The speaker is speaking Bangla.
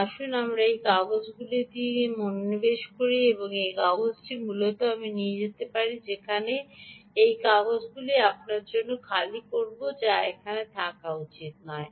সুতরাং আসুন আমরা সেই কাগজটির দিকে মনোনিবেশ করি এবং সেই কাগজটি মূলত আমি যেতে পারি এবং সেই কাগজটি আপনার জন্য খালি করব যা এখানে থাকা উচিত